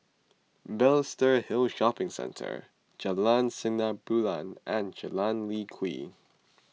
Balestier Hill Shopping Centre Jalan Sinar Bulan and Jalan Lye Kwee